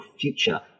future